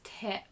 tip